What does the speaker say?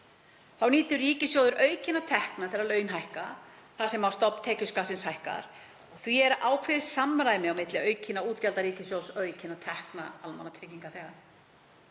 Þá nýtur ríkissjóður aukinna tekna þegar laun hækka þar sem stofn tekjuskattsins hækkar. Og því er ákveðið samræmi á milli aukinna útgjalda ríkissjóðs og aukinna tekna almannatryggingaþega.